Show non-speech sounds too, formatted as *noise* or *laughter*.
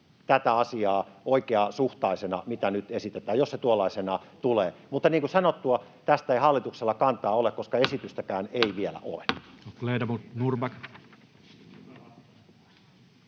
tätä asiaa oikeasuhtaisena, mitä nyt esitetään, jos se tuollaisena tulee. Mutta niin kuin sanottua, tästä ei hallituksella kantaa ole, *noise* koska esitystäkään ei vielä ole.